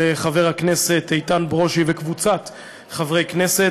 של חבר הכנסת איתן ברושי וקבוצת חברי הכנסת.